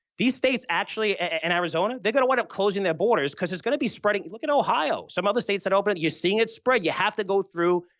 these states actually, and arizona, they're going to wind up closing their borders because there's going to be spreading. look at ohio. some other states that opened, you seeing it spread. you have to go through,